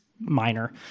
minor